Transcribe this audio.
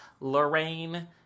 Lorraine